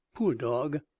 poor dog!